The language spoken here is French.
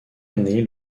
année